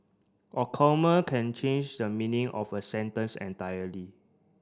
a comma can change the meaning of a sentence entirely